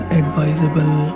advisable